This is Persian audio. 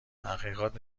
تحقیقات